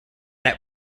met